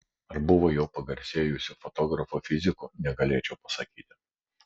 ar buvo jau pagarsėjusių fotografų fizikų negalėčiau pasakyti